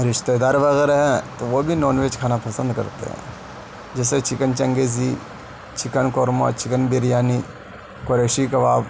رشتے دار وغیرہ ہیں تو وہ بھی نان ویج کھانا پسند کرتے ہیں جیسے chicken Changezi chicken korma chicken biryani Qureshi کباب